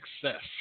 success